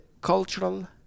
cultural